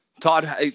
Todd